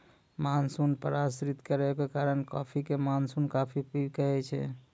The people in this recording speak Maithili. मानसून पर आश्रित रहै के कारण कॉफी कॅ मानसूनी कॉफी भी कहै छै